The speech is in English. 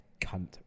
cunt